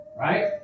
right